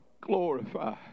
glorify